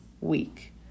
week